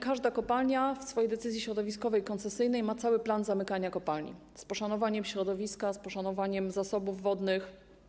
Każda kopalnia w swojej decyzji środowiskowej, koncesyjnej ma cały plan zamykania kopalni, z poszanowaniem środowiska, z poszanowaniem zasobów wodnych.